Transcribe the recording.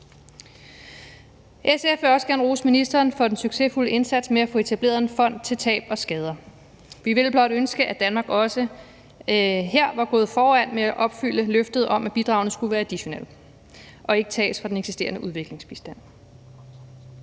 SF vil også gerne rose ministeren for den succesfulde indsats med at få etableret en fond til tab og skader. Vi ville blot ønske, at Danmark også her var gået foran med at opfylde løftet om, at bidragene skulle være additionelle og ikke tages fra den eksisterende udviklingsbistand.